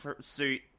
suit